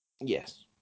Yes